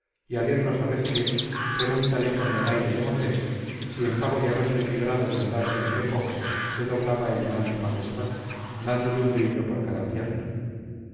al irlos a recibir pregúntale con donaire democedes si en pago de haberle librado de andar siempre cojo le doblaba el mal su majestad dándole un grillo por cada pierna